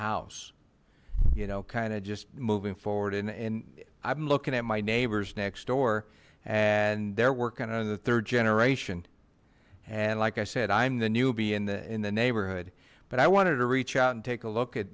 house you know kind of just moving forward and and i'm looking at my neighbors next door and they're working on the third generation and like i said i'm the newbie in the in the neighborhood but i wanted to reach out and take a look at